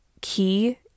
key